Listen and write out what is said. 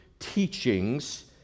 teachings